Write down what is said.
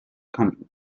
coming